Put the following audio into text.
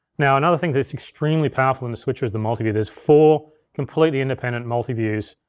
now another thing that's extremely powerful in the switcher is the multiview. there's four completely independent multiviews.